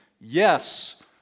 Yes